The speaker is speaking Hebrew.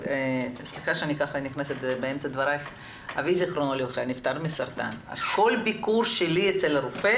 אבי ז"ל נפטר מסרטן וכל ביקור שלי אצל הרופא